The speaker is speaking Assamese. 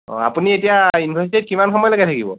অঁ আপুনি এতিয়া ইউনিভাৰ্চিটিত কিমান সময়লৈকে থাকিব